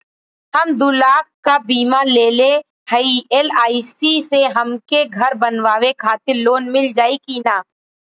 हम दूलाख क बीमा लेले हई एल.आई.सी से हमके घर बनवावे खातिर लोन मिल जाई कि ना?